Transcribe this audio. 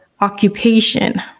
occupation